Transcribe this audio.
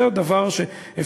זה הדבר ש,